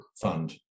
fund